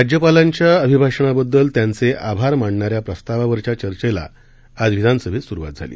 राज्यपालांच्या अभिभाषणाबद्दल त्यांचे आभार मानणाऱ्या प्रस्तावावरच्या चर्चेला आज विधानसभेत सुरुवात झाली